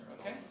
Okay